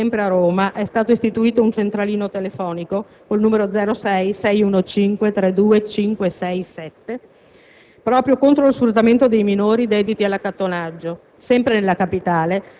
A livello locale, sempre a Roma, è stato istituito un centralino telefonico (con il n. 0661532567) proprio contro lo sfruttamento dei minori dediti all'accattonaggio.